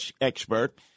expert